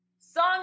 song